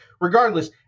Regardless